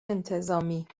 انتظامی